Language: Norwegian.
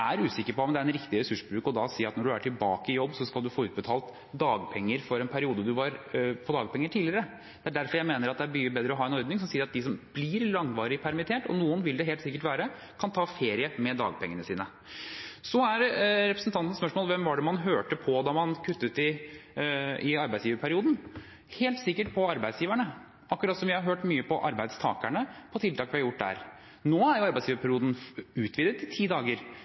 er usikker på om det er en riktig ressursbruk da å si at når man er tilbake i jobb, så skal man få utbetalt dagpenger for en periode man var på dagpenger tidligere. Det er derfor jeg mener at det er mye bedre å ha en ordning som sier at de som blir langvarig permittert – og noen vil det helt sikkert være – kan ta ferie med dagpengene sine. Så er representantens spørsmål: Hvem var det man hørte på da man kuttet i arbeidsgiverperioden? Helt sikkert på arbeidsgiverne, akkurat som vi har hørt mye på arbeidstakerne om tiltak vi har gjort overfor dem. Nå er arbeidsgiverperioden utvidet ti dager,